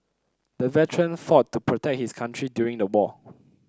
the veteran fought to protect his country during the war